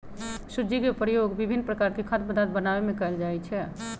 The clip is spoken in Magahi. सूज्ज़ी के प्रयोग विभिन्न प्रकार के खाद्य पदार्थ बनाबे में कयल जाइ छै